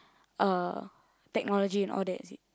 uh technology and all that is it